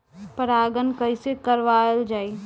परागण कइसे करावल जाई?